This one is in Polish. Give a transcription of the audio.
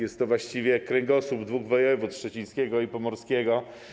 Jest to właściwie kręgosłup dwóch województw: szczecińskiego i pomorskiego.